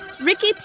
Ricky